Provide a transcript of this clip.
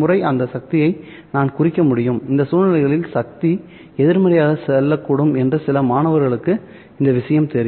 முறை அந்த சக்தியை நான் குறிக்க முடியும் இந்த சூழ்நிலைகளில் சக்தி எதிர்மறையாக செல்லக்கூடும் என்று சில மாணவர்களுக்கு இந்த விஷயம் தெரியும்